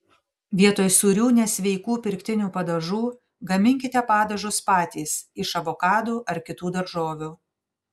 vietoj sūrių nesveikų pirktinių padažų gaminkite padažus patys iš avokadų ar kitų daržovių